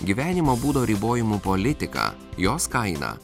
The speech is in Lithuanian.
gyvenimo būdo ribojimų politika jos kaina